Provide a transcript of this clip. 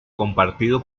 compartido